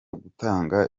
gutanga